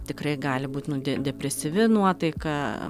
tikrai gali būt nu de depresyvi nuotaika